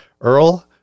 earl